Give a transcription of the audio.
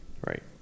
right